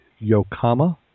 Yokama